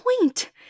point